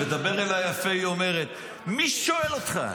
היא אומרת: דבר אליי יפה,